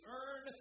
earn